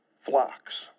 flocks